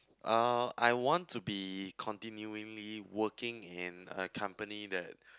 uh I want to be continually working in a company that